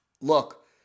Look